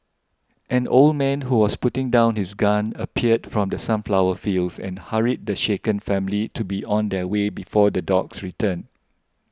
an old man who was putting down his gun appeared from the sunflower fields and hurried the shaken family to be on their way before the dogs return